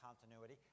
continuity